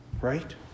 Right